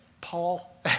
Paul